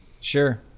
sure